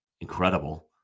incredible